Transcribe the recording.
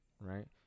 right